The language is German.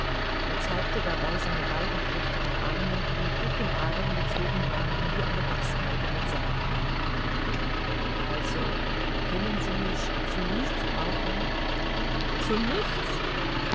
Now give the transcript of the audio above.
und zeigte dabei seine beiden kräftigen arme die mit dicken adern bezogen waren wie eine baßgeige mit saiten also können sie mich zu nichts brauchen zu nichts